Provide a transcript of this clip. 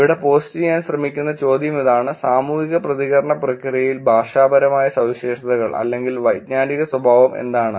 ഇവിടെ പോസ്റ്റ് ചെയ്യാൻ ശ്രമിക്കുന്ന ചോദ്യം ഇതാണ് സാമൂഹിക പ്രതികരണ പ്രക്രിയയിൽ ഭാഷാപരമായ സവിശേഷതകൾ അല്ലെങ്കിൽ വൈജ്ഞാനിക സ്വഭാവം എന്താണ്